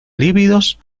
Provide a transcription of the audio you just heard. lívidos